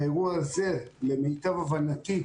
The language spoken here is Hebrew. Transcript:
והאירוע הזה, למיטב הבנתי,